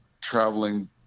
traveling